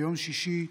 ביום שישי,